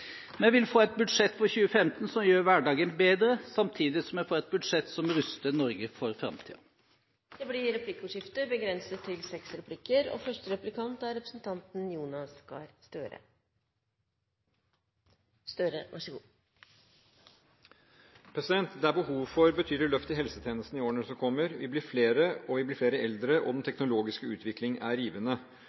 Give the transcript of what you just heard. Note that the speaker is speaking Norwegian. Vi vil få et budsjett for 2015 som gjør hverdagen bedre, samtidig som vi får et budsjett som ruster Norge for framtiden. Det blir replikkordskifte. Det er behov for et betydelig løft i helsetjenesten i årene som kommer. Vi blir flere, vi blir flere eldre, og det er en rivende